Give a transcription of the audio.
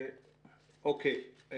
אוקיי,